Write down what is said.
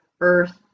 earth